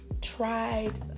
tried